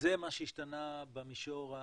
זה מה שהשתנה במישור המעשי,